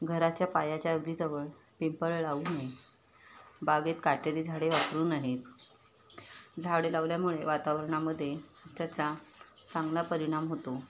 घराच्या पायाच्या अगदी जवळ पिंपळ लावू नये बागेत काटेरी झाडे वापरू नयेत झाडे लावल्यामुळे वातावरणामध्ये त्याचा चांगला परिणाम होतो